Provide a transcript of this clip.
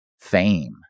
fame